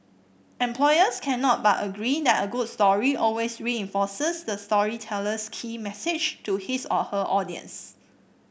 employers cannot but agree that a good story always reinforces the storyteller's key message to his or her audience